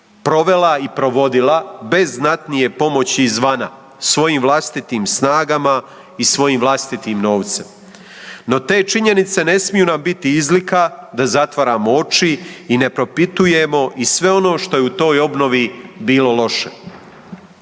provela i provodila bez znatnije pomoći izvana, svojim vlastitim snagama i svojim vlastitim novcem. No te činjenice ne smiju nam biti izlike da zatvaramo oči i ne propitujemo i sve ono što je u toj obnovi bilo loše.